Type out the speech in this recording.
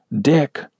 Dick